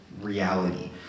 reality